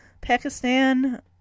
Pakistan